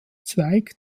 zweig